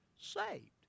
saved